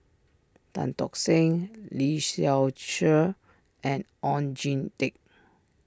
Tan Tock Seng Lee Seow Ser and Oon Jin Teik